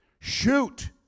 Shoot